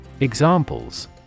Examples